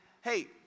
Hey